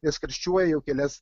nes karščiuoja jau kelias